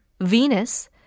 Venus